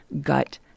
gut